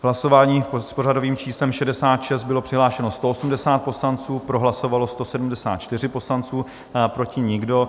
V hlasování s pořadovým číslem 66 bylo přihlášeno 180 poslanců, pro hlasovalo 174 poslanců, proti nikdo.